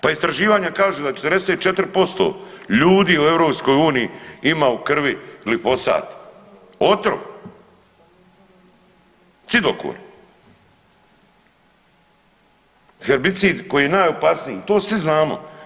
Pa istraživanja kažu da 44% ljudi u EU ima u kriv glifosat, otrov, cidokor herbicid koji je najopasniji, to svi znamo.